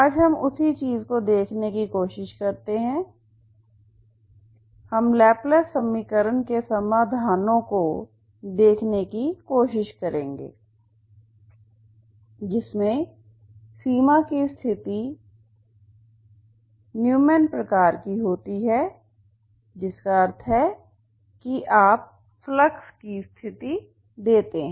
आज हम उसी चीज को देखने की कोशिश करते हैं हम लैपलेस समीकरण के समाधानों को देखने की कोशिश करेंगे जिसमें सीमा की स्थिति न्यूमैन प्रकार की होती है जिसका अर्थ है कि आप फ्लक्स की स्थिति देते हैं